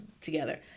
together